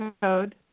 code